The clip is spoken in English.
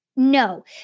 No